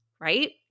right